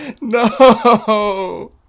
No